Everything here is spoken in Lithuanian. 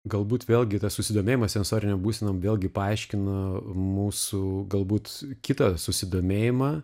galbūt vėlgi tas susidomėjimas sensorinėm būsenom vėlgi paaiškina mūsų galbūt kitą susidomėjimą